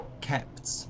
kept